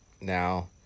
Now